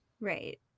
right